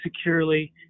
securely